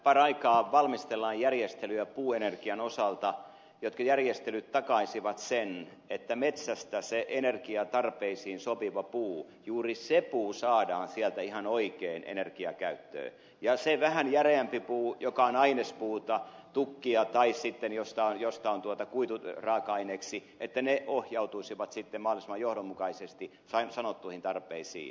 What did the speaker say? paraikaa valmistellaan järjestelyjä puuenergian osalta jotka järjestelyt takaisivat sen että metsästä se energiatarpeisiin sopiva puu juuri se puu saadaan sieltä ihan oikein energiakäyttöön ja että se vähän järeämpi puu joka on ainespuuta tukkia tai sitten puu josta on kuituraaka aineeksi ohjautuisi sitten mahdollisimman johdonmukaisesti sanottuihin tarpeisiin